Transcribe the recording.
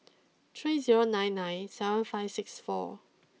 three zero nine nine seven five six four